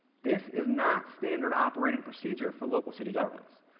this is not standard operating procedure for local city governments.